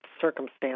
circumstances